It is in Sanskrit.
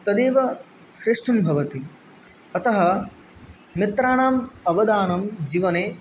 तदेव श्रेष्ठं भवति अतः मित्राणाम् अवदानं जीवने